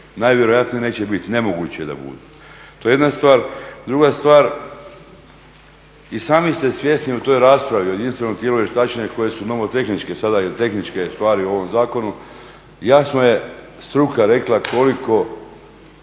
najvjerojatnije neće bit. Nemoguće je da budu. To je jedna stvar. Druga stvar i sami ste svjesni u toj raspravi o jedinstvenom tijelu vještačenja koje su nomotehničke sada i tehničke stvari u ovom zakonu. Jasno je struka rekla koliko